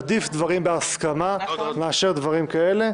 עדיף דברים בהסכמה מאשר דברים כאלה.